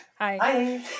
Hi